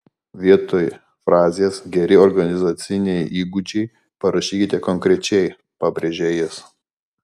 vietoj frazės geri organizaciniai įgūdžiai parašykite konkrečiai pabrėžia jis